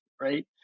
Right